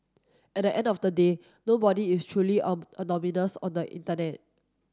at the end of the day nobody is truly a anonymous on the internet